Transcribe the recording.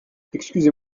excusez